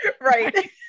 Right